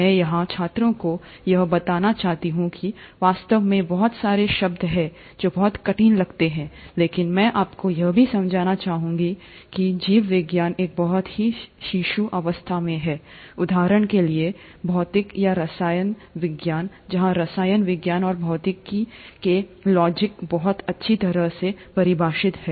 मैं यहां छात्रों को यह बताना चाहता हूं कि वास्तव में बहुत सारे शब्द हैं जो बहुत कठिन लगते हैं लेकिन मैं आपको यह भी समझना चाहूंगा कि जीव विज्ञान एक बहुत ही शिशु अवस्था में है उदाहरण के लिए भौतिकी या रसायन विज्ञान जहां रसायन विज्ञान और भौतिकी के लॉजिक बहुत अच्छी तरह से परिभाषित हैं